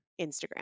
Instagram